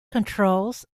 controls